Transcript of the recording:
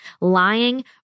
lying